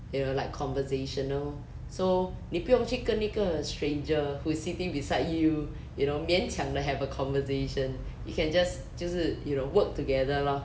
you know like conversational so 你不用去跟一个 stranger who is sitting beside you you know 勉强的 have a conversation you can just 就是 you know work together lor